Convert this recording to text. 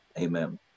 Amen